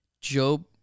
Job